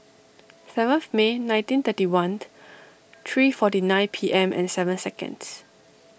seventh May nineteen thirty one three forty nine P M and seven seconds